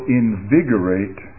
invigorate